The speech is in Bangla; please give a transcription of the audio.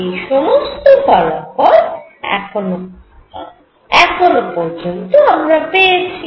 এই সমস্ত ফলাফল আমরা এখনো অবধি পেয়েছি